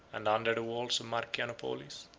and under the walls of marcianopolis,